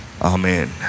Amen